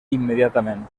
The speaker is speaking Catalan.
immediatament